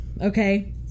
okay